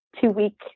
two-week